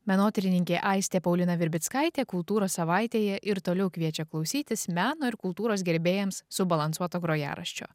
menotyrininkė aistė paulina virbickaitė kultūros savaitėje ir toliau kviečia klausytis meno ir kultūros gerbėjams subalansuoto grojaraščio